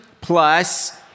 plus